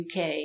UK